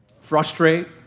Frustrate